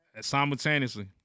Simultaneously